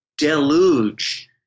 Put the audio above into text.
Deluge